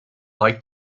like